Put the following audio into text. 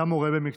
היה מורה במקצועו.